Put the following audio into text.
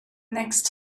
next